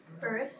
Birth